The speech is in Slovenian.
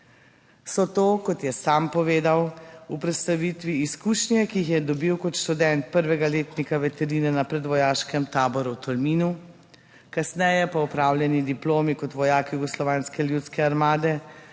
So to, kot je sam povedal v predstavitvi, izkušnje, ki jih je dobil kot študent prvega letnika veterine na predvojaškem taboru v Tolminu, kasneje, po opravljeni diplomi, kot vojak Jugoslovanske ljudske armade,